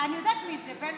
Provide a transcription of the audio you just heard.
אני יודעת מי זה, בנסקי?